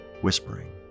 Whispering